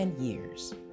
years